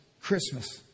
Christmas